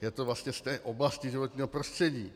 Je to vlastně z té oblasti životního prostředí.